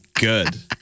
good